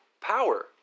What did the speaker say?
power